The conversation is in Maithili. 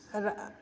रा